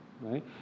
right